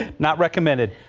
not recommended.